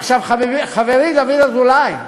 עכשיו, חברי דוד אזולאי,